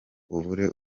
ubure